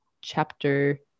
chapter